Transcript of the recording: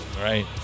Right